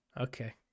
Okay